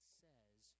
says